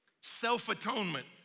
self-atonement